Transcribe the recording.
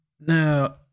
Now